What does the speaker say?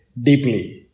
deeply